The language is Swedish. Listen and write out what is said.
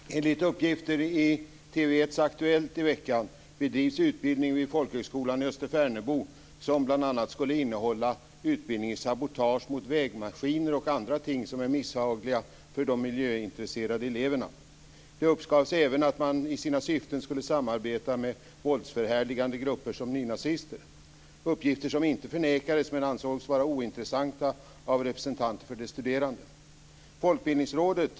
Fru talman! Enligt uppgifter i Aktuellt i TV 1 i veckan bedrivs vid folkhögskolan i Österfärnebo en utbildning som bl.a. skulle innehålla utbildning i sabotage mot vägmaskiner och andra ting som är misshagliga för de miljöintresserade eleverna. Det uppgavs också när det gäller syftena att man samarbetar med våldsförhärligande grupper som nynazister - uppgifter som inte förnekades men som av representanter för de studerande ansågs vara ointressanta.